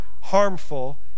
harmful